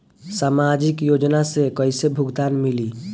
सामाजिक योजना से कइसे भुगतान मिली?